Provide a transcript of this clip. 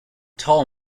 tall